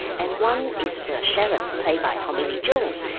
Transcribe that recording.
and one is the sherrif, played by tommy lee jones.